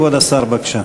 בבקשה.